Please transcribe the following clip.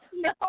No